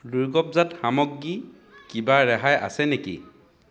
দুৰ্গবজাত সামগ্ৰী কিবা ৰেহাই আছে নেকি